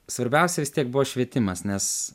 svarbiausia vis tiek buvo švietimas nes